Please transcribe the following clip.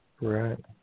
right